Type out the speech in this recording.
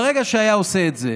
ברגע שהוא היה עושה את זה